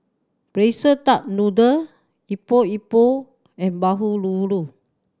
Braised Duck Noodle Epok Epok and bahulu